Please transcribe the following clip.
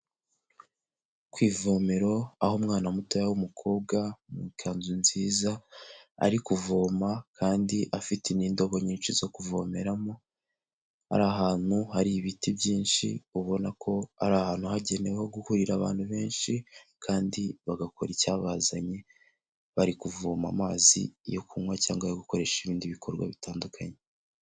Kwivomero aho umwana muto w'umukobwa mu ikanzu nziza, ari kuvoma kandi afite n'indobo nyinshi zo kuvomeramo. Ari ahantu hari ibiti byinshi ubona ko ari ahantu hagenewe guhurira abantu benshi, kandi bagakora icyabazanye. Bari kuvoma amazi yo kunywa cyangwa yo gukoresha ibindi bikorwa bitandukanye.